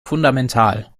fundamental